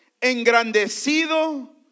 engrandecido